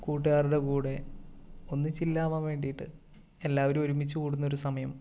കൂട്ടുകാരുടെ കൂടെ ഒന്ന് ചിൽ ആവാൻ വേണ്ടിയിട്ട് എല്ലാവരും ഒരുമിച്ചുകൂടുന്ന ഒരു സമയം